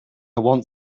want